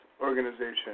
organization